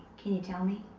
can you tell me?